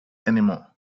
anymore